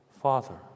Father